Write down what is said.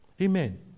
Amen